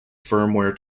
firmware